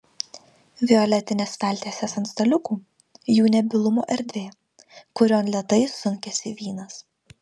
violetinės staltiesės ant staliukų jų nebylumo erdvė kurion lėtai sunkiasi vynas